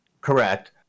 correct